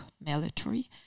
military